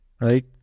right